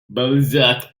balzac